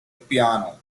piano